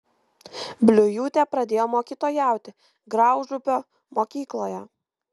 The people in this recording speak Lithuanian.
bliujūtė pradėjo mokytojauti graužupio mokykloje